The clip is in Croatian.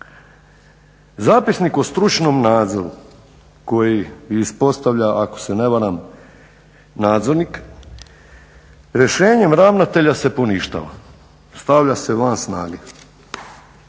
Zapisnik o stručnom nadzoru koji ispostavlja ako se ne varam nadzornik, rješenjem ravnatelja se poništava, stavlja se van snage.